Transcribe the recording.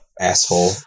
asshole